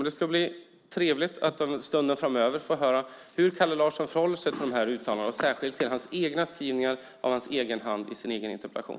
Det ska bli trevligt att under en stund framöver få höra hur Kalle Larsson förhåller sig till dessa uttalanden och särskilt till de skrivningar han själv har gjort i sin egen interpellation.